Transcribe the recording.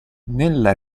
nella